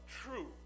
True